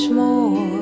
more